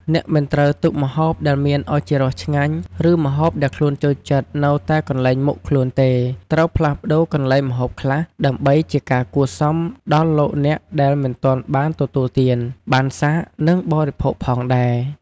អ្នកមិនត្រូវទុកម្ហូបដែលមានឱជារសឆ្ងាញ់ ឬម្ហូបដែលខ្លួនចូលចិត្ត នៅតែកន្លែងមុខខ្លួនទេ ត្រូវផ្លាស់ប្តូរកន្លែងម្ហូបខ្លះ ដើម្បីជាការគួរសមដល់លោកអ្នកដែលមិនទានបានទទួលទាន បានសាក និងបិភោគផងដែរ។